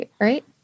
right